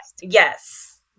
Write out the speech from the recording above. Yes